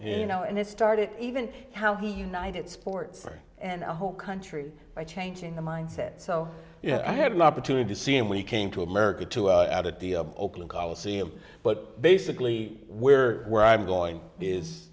you know and it started even how he united sports and a whole country by changing the mindset so yeah i had an opportunity to see him when he came to america to add a deal oakland coliseum but basically where where i'm going is